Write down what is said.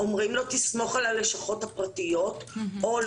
אומרים לו: תסמוך על הלשכות הפרטיות או על